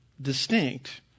distinct